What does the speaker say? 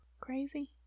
Crazy